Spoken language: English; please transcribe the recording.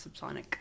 subsonic